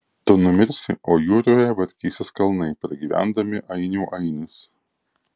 tu numirsi o jūroje vartysis kalnai pragyvendami ainių ainius